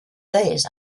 days